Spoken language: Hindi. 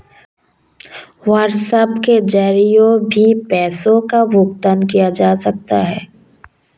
व्हाट्सएप के जरिए भी पैसों का भुगतान किया जा सकता है